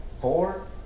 four